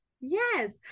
Yes